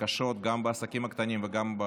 קשות גם בעסקים הקטנים וגם,